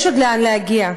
יש עוד לאן להגיע.